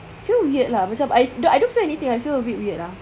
feel weird lah macam I don't I don't feel anything I feel a bit weird lah